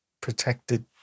protected